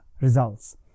results